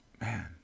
Man